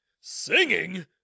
Singing